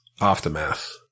aftermath